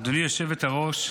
גברתי היושבת-ראש,